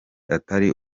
atari